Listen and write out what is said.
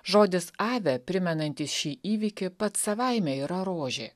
žodis ave primenantį šį įvykį pats savaime yra rožė